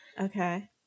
Okay